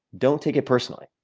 don't take it personally.